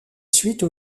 suite